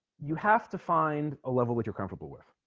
you have to find a level that you're comfortable with